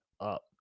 up